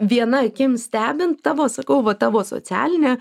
viena akim stebint tavo sakau va tavo socialinę